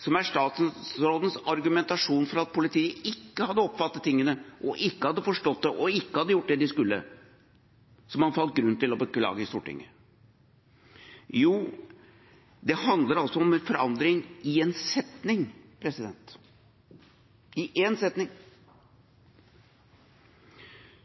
som er statsrådens argumentasjon for at politiet ikke hadde oppfattet tingene, ikke hadde forstått det og ikke hadde gjort det de skulle, som han fant grunn til å beklage i Stortinget? Jo, det handler om en forandring i én setning,